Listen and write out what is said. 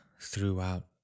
throughout